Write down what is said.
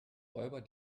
räuber